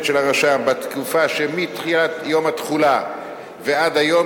של הרשם בתקופה שיום התחולה ועד היום,